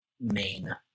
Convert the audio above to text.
main